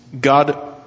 God